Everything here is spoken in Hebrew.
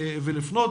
ולבנות.